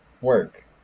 work